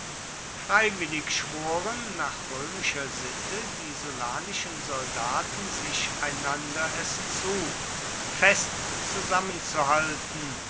freiwillig schworen nach römischer sitte die sullanischen soldaten sich einander es zu fest zusammenzuhalten